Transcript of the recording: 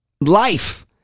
life